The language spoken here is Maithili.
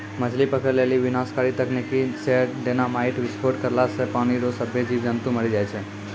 मछली पकड़ै लेली विनाशकारी तकनीकी से डेनामाईट विस्फोट करला से पानी रो सभ्भे जीब जन्तु मरी जाय छै